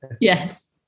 yes